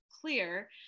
clear